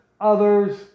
others